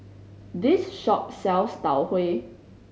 this shop sells Tau Huay